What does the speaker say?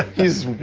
he's